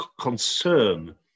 concern